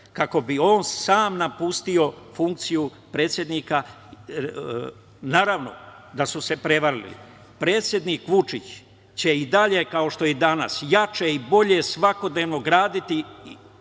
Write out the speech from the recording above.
kako bi on sam napustio funkciju predsednika, a naravno da su se prevarili. Predsednik Vučić, će i dalje, kao što je i danas, jače i bolje svakodnevno graditi